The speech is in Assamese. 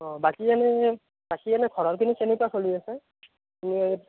অ বাকী এনেই বাকী এনেই ঘৰৰ পিনে কেনেকুৱা চলি আছে